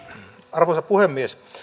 arvoisa puhemies